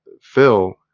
Phil